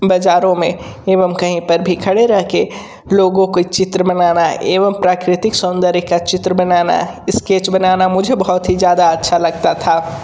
बज़ारों में एवं कहीं पर भी खड़े रह के लोगों के चित्र बनाना एवं प्राकृतिक सौंदर्य का चित्र बनाना इस्केच बनाना मुझे बहुत ही ज़्यादा अच्छा लकता था